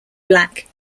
black